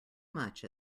much